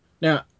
Now